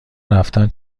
رفتن